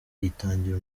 yitangira